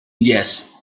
yes